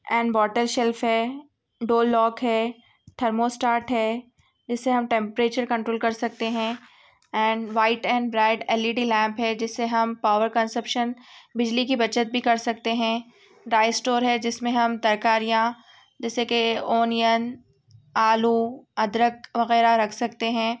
and water shelf ہے door lock ہے thermostat ہے جس سے ہم ٹیمپریچر کنٹرول کر سکتے ہیں and white and bright L E D lamp ہے جس سے ہم پاور کنسیپشن بجلی کی بچت بھی کر سکتے ہیں ڈائی اسٹور ہے جس میں ہم ترکاریاں جیسے کہ اونین آلو ادرک وغیرہ رکھ سکتے ہیں